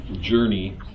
journey